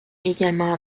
également